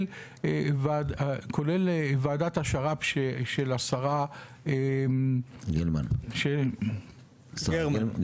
כולל ועדת השר"פ של השרה יעל גרמן,